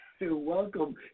Welcome